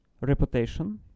reputation